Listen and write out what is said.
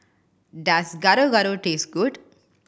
does Gado Gado taste good